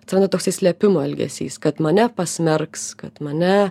atsiranda toksai slėpimo elgesys kad mane pasmerks kad mane